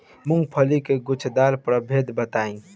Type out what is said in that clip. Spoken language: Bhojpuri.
मूँगफली के गूछेदार प्रभेद बताई?